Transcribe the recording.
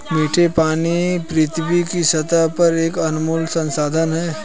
मीठे पानी पृथ्वी की सतह पर एक अनमोल संसाधन है